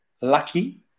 lucky